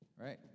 right